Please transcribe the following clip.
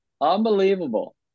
Unbelievable